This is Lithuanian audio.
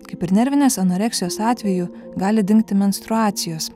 kaip ir nervinės anoreksijos atveju gali dingti menstruacijos